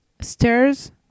stairs